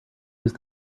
use